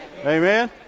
Amen